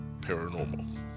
paranormal